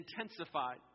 intensified